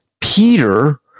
Peter